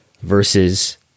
versus